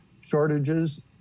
shortages